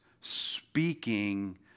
speaking